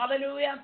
Hallelujah